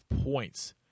points